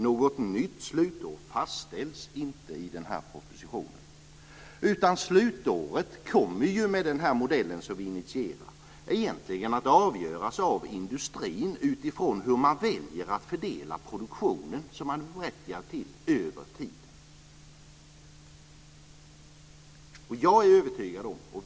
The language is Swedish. Något nytt slutår fastställs inte i den här propositionen, utan slutåret kommer med den här modellen, som vi initierar, egentligen att avgöras av industrin utifrån hur man väljer att fördela den produktion som man är berättigad till över tiden.